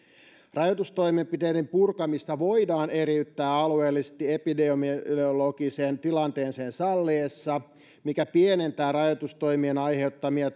rajoitustoimenpiteiden purkamista voidaan eriyttää alueellisesti epidemiologisen tilanteen sen salliessa mikä pienentää rajoitustoimien aiheuttamia